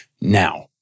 now